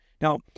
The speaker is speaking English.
Now